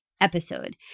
episode